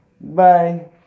Bye